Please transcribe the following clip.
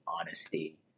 honesty